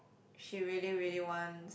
she really really wants